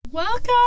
Welcome